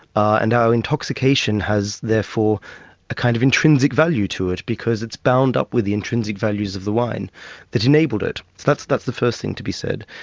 and our intoxication has therefore a kind of intrinsic value to it, because it's bound up with the intrinsic values of the wine that enabled it. so that's the first thing to be said.